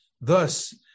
Thus